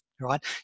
Right